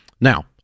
now